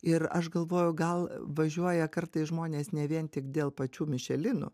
ir aš galvoju gal važiuoja kartais žmonės ne vien tik dėl pačių mišelinų